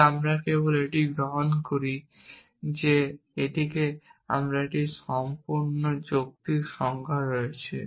তবে আমরা কেবল এটিকে গ্রহণ করি যে এখানে একটি সম্পূর্ণ যৌক্তিক সংজ্ঞা রয়েছে